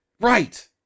Right